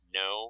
no